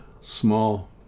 small